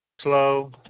Slow